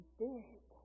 big